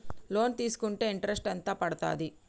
Loan తీస్కుంటే interest ఎంత పడ్తది?